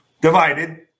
divided